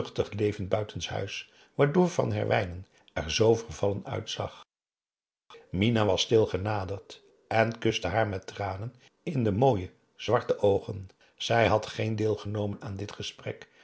leven buitenshuis waardoor van herwijnen er zoo vervallen uitzag mina was stil genaderd en kuste haar met tranen in de mooie zwarte oogen zij had geen deel genomen aan dit gesprek